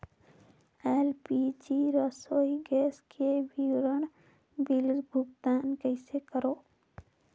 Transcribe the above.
LPG रसोई gas के विवरण बिल भुगतान कइसे करों?